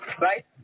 right